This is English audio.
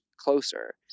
closer